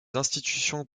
institutions